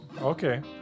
Okay